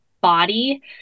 body